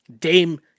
Dame